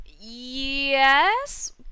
yes